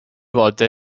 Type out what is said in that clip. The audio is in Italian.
volte